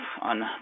on